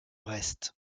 reste